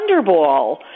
Thunderball